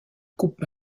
coupe